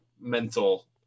mental